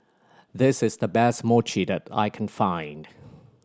this is the best Mochi that I can find